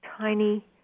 tiny